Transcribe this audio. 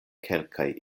kelkaj